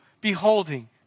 beholding